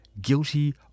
guilty